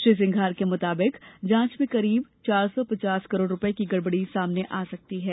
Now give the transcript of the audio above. श्री सिंघार के मुताबिक जांच में करीब चार सौ पचास करोड़ रूपये की गड़बड़ी सामने आ सकती है